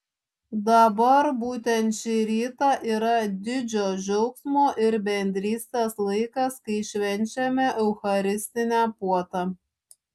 dabar būtent šį rytą yra didžio džiaugsmo ir bendrystės laikas kai švenčiame eucharistinę puotą